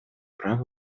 прав